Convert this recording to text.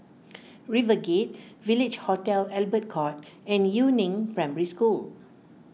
Rivegate Village Hotel Albert Court and Yu Neng Primary School